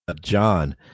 John